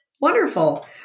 Wonderful